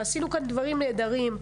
עשינו כאן דברים נהדרים,